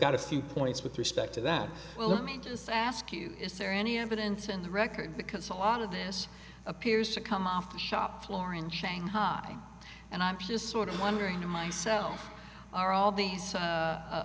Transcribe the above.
got a few points with respect to that well let me just ask you is there any evidence in the record because a lot of this appears to come off the shop floor in shanghai and i'm just sort of wondering to myself are all these